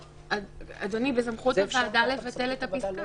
אדוני, בסמכות הוועדה לבטל את הפסקה.